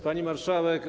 Pani Marszałek!